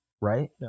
Right